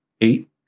eight